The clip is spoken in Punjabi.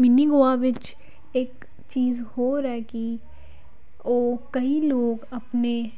ਮਿੰਨੀ ਗੋਆ ਵਿੱਚ ਇੱਕ ਚੀਜ਼ ਹੋਰ ਹੈ ਕਿ ਉਹ ਕਈ ਲੋਕ ਆਪਣੇ